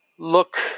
look